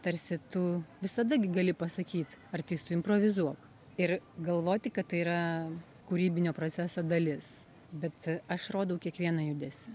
tarsi tu visada gi gali pasakyt ar tai suimprovizuok ir galvoti kad tai yra kūrybinio proceso dalis bet aš rodau kiekvieną judesį